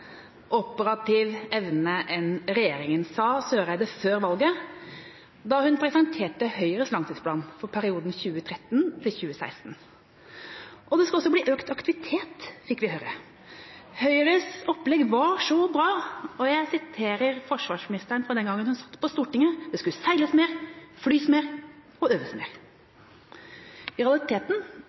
operativ evne enn regjeringas forslag», sa Eriksen Søreide før valget, da hun presenterte Høyres langtidsplan for perioden 2013–2016. Det skulle også bli økt aktivitet, fikk vi høre. Høyres opplegg var så bra, og jeg siterer forsvarsministeren fra den gangen hun satt på Stortinget: Det skulle «flys mer, seiles mer og øves mer». Realiteten er dessverre det motsatte: Sjøforsvaret seilte mindre i